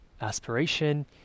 aspiration